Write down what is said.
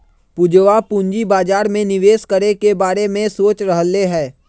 पूजवा पूंजी बाजार में निवेश करे के बारे में सोच रहले है